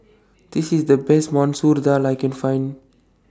This IS The Best Masoor Dal I Can Find